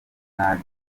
mpitamo